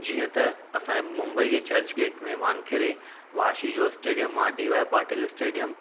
जीअं त असांजे मुंबई जे चर्च गेट में वानखेड़े वाशिअ जो स्टेडियम आहे डी वाए पाटिल जो स्टेडियम आहे